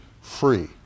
free